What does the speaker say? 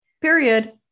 Period